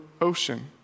ocean